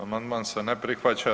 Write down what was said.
Amandman se ne prihvaća.